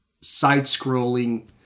side-scrolling